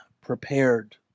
prepared